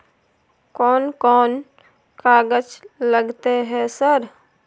कोन कौन कागज लगतै है सर?